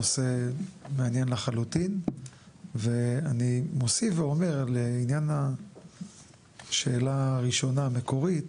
נושא מעניין לחלוטין ואני מוסיף ואומר לעניין השאלה הראשונה המקורית